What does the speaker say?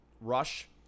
rush